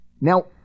Now